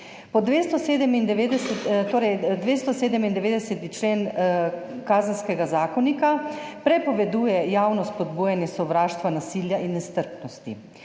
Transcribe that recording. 297. člen Kazenskega zakonika prepoveduje javno spodbujanje sovraštva, nasilja in nestrpnosti